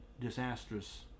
disastrous